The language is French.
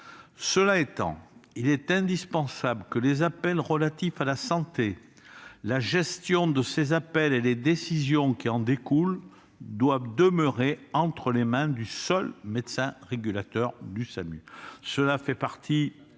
Néanmoins, il est indispensable que, dans le cas d'appels relatifs à la santé, la gestion de ces appels et les décisions qui en découlent demeurent entre les mains du seul médecin régulateur du SAMU. Cela fait partie